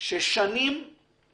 חבר כנסת